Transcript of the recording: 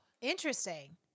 interesting